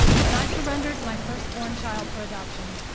when i surrendered my first born child for adoption,